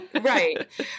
Right